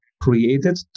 Created